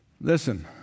Listen